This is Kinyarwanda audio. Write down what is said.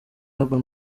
urban